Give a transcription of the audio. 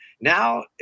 Now